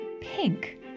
pink